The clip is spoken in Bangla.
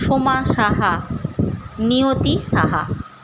সোমা সাহা নিয়তি সাহা